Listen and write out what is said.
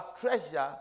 treasure